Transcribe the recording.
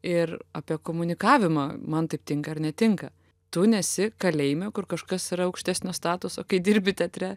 ir apie komunikavimą man taip tinka ar netinka tu nesi kalėjime kur kažkas yra aukštesnio statuso kai dirbi teatre